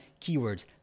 keywords